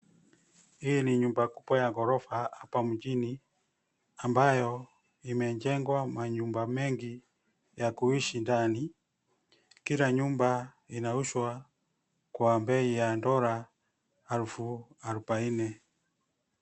Hii ni nyumba kubwa ya ghorofa hapa mjini ambayo imejengwa manyumba mengi ya kuishi ndani. Kila nyumba inauziwa kwa bei ya dola elfu arobaini.